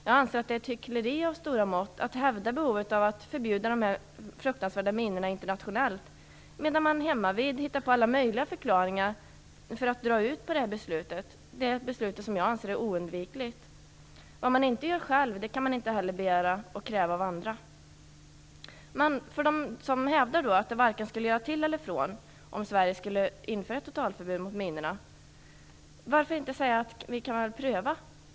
Jag anser att det är ett hyckleri av stora mått att hävda att behovet av att förbjuda detta fruktansvärda vapen internationellt, medan man hemmavid hittar alla möjliga förklaringar för att dra på ett beslut som jag anser är oundvikligt. Vad man inte gör själv kan man inte heller begära och kräva av andra. För dem som hävdar att det varken skulle göra till eller från om Sverige skulle införa ett totalförbud mot minorna vill jag säga: Vi kan väl pröva?